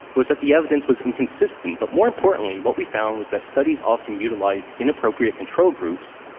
was that the evidence was inconsistent. but, more importantly, what we found was that studies often utilized inappropriate control groups,